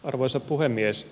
arvoisa puhemies